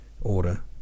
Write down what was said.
order